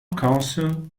council